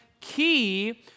key